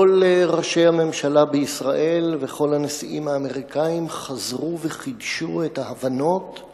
כל ראשי הממשלה בישראל וכל הנשיאים האמריקנים חזרו וחידשו את ההבנות על